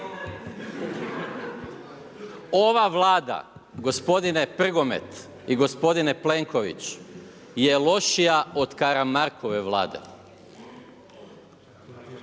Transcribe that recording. Ova Vlada gospodine Prgomet, i gospodine Plenković je lošija od Karamarkove Vlade.